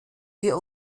wir